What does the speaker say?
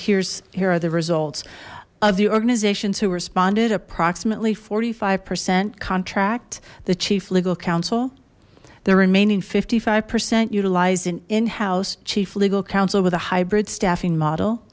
here's here are the results of the organizations who responded approximately forty five percent contract the chief legal counsel the remaining fifty five percent utilized an in house chief legal counsel with a hybrid staffing model